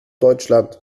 deutschland